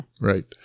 Right